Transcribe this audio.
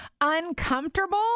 uncomfortable